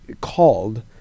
called